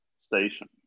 station